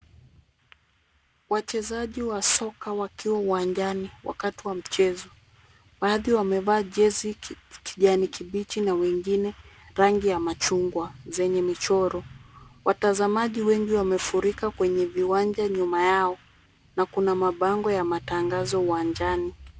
Wachezaji wa soka wakiwa uwanjani wakati wa mchezo. Baadhi wamevaa jezi kijani kibichi na wengine rangi ya machungwa zenye michoro. Watazamaji wengi wamefurika kwenye viwanja nyuma yao na kuna mabango ya matangazo uwanjani.